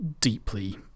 deeply